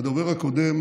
הדובר הקודם